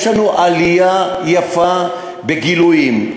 יש לנו עלייה יפה בגילויים.